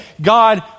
God